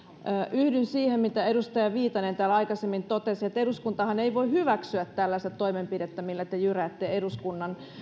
yhdyn siihen mitä edustaja viitanen täällä aikaisemmin totesi että eduskuntahan ei voi hyväksyä tällaista toimenpidettä millä te jyräätte eduskunnan